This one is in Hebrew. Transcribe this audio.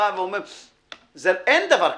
אין דבר כזה.